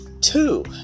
two